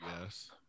Yes